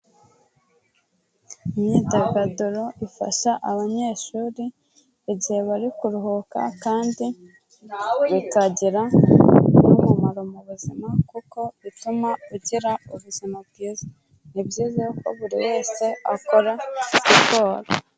Imyidagaduro ifasha abanyeshuri igihe bari kuruhuka kandi bikagira n'ubumaro mu buzima kuko ituma ugira ubuzima bwiza. Ni byiza yuko buri wese akora siporo.